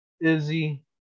Izzy